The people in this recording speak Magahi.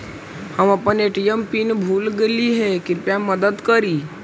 हम अपन ए.टी.एम पीन भूल गईली हे, कृपया मदद करी